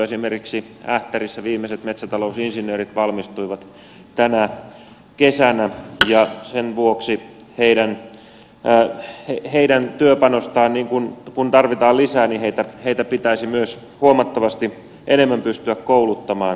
esimerkiksi ähtärissä viimeiset metsäta lousinsinöörit valmistuivat tänä kesänä ja sen vuoksi heidän työpanostaan kun tarvitaan lisää heitä pitäisi myös huomattavasti enemmän pystyä kouluttamaan jat kossa